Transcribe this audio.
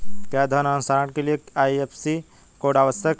क्या धन हस्तांतरण के लिए आई.एफ.एस.सी कोड आवश्यक है?